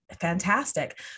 fantastic